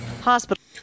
hospital